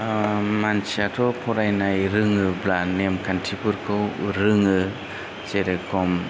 मानसियाथ' फरायनाय रोङोब्ला नेम खान्थिफोरखौ रोङो जेरेखम